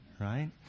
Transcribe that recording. Right